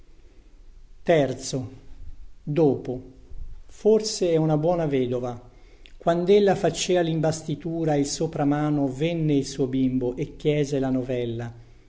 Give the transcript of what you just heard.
occhi dopo forse è una buona vedova quandella facea limbastitura e il sopramano venne il suo bimbo e chiese la novella